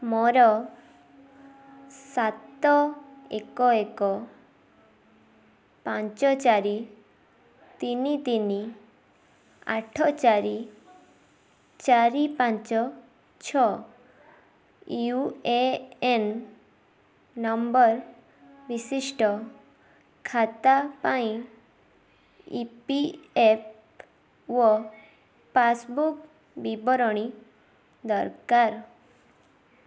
ମୋର ସାତ ଏକ ଏକ ପାଞ୍ଚ ଚାରି ତିନି ତିନି ଆଠ ଚାରି ଚାରି ପାଞ୍ଚ ଛଅ ୟୁ ଏ ଏନ୍ ନମ୍ବର୍ ବିଶିଷ୍ଟ ଖାତା ପାଇଁ ଇ ପି ଏଫ୍ ଓ ପାସ୍ବୁକ୍ ବିବରଣୀ ଦରକାର